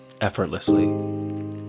effortlessly